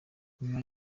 nyuma